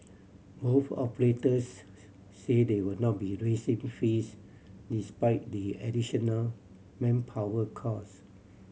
both operators say they would not be raising fees despite the additional manpower cost